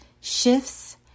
shifts